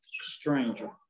stranger